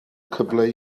cyfle